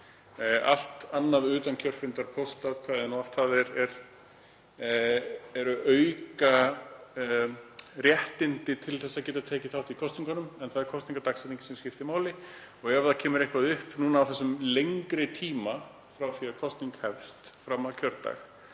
Allt annað, utankjörfundaratkvæði, póstatkvæðin og allt það, eru aukaréttindi til að geta tekið þátt í kosningum en það er kosningadagsetningin sem skiptir máli. Ef það kemur eitthvað upp á þessum lengri tíma frá því að kosning hefst fram að kjördegi,